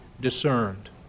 discerned